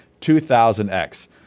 2000X